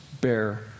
bear